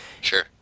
sure